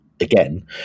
again